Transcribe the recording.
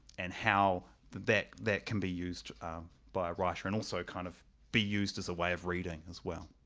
and how that that can be used by a writer and also kind of be used as a way of reading as well,